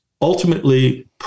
ultimately